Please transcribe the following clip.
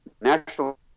National